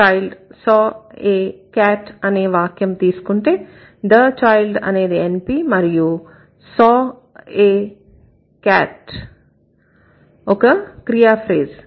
the child saw a cat అనే వాక్యం తీసుకుంటే the child అనేది NP మరియు saw a cat ఒక క్రియా ఫ్రేజ్